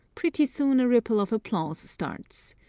pretty soon a ripple of applause starts.